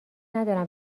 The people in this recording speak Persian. ندارم